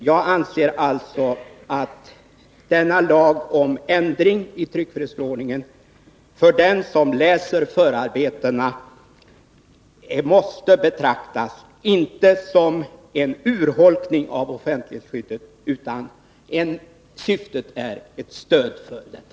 Jag anser alltså att denna lag om ändring i tryckfrihetsförordningen av den som läser förarbetena måste betraktas inte som en urholkning av offentlighetsskyddet utan som ett stöd för detta.